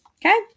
Okay